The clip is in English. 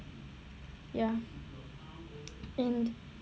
ya and